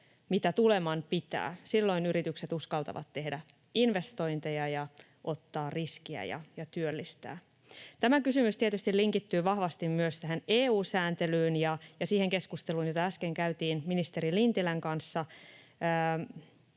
mitä tuleman pitää. Silloin yritykset uskaltavat tehdä investointeja, ottaa riskejä ja työllistää. Tämä kysymys tietysti linkittyy vahvasti myös EU-sääntelyyn ja siihen keskusteluun, jota äsken käytiin ministeri Lintilän kanssa.